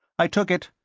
i took it,